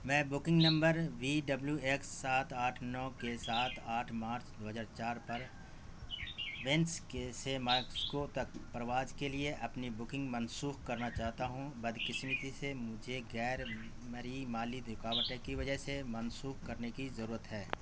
میں booking number V W X سات آٹھ نو کے ساتھ آٹھ مارچ دو ہزار چار پر وینس کے سے ماسکو تک پرواز کے لیے اپنی بکنگ منسوخ کرنا چاہتا ہوں بدقسمتی سے مجھے غیر مرئی مالی رکاوٹیں کی وجہ سے منسوخ کرنے کی ضرورت ہے